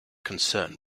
concern